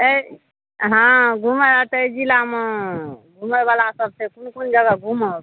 ऐं हँ घूमे एतऽ एहि जिलामे घूमय बला सब छै कोन कोन जगह घूमब तऽ